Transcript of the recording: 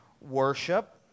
worship